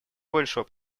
большого